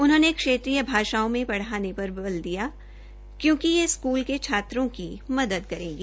उन्होंने क्षेत्रीय भाषाओं में पढ़ाने पर बल दिया दिया क्योकि ये स्कूल के छात्रों की मदद करेगी